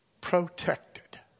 protected